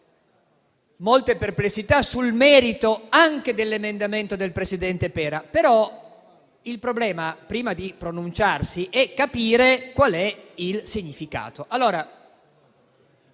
molte perplessità sul merito anche dell'emendamento del presidente Pera, ma il problema, prima di pronunciarsi, è capire qual è il significato.